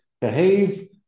behave